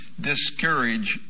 discourage